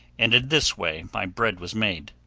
and in this way my bread was made.